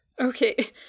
Okay